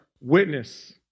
witness